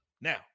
Now